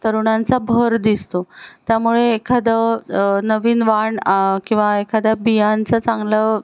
तरुणांचा भर दिसतो त्यामुळे एखादं नवीन वाण किंवा एखाद्या बियांचं चांगलं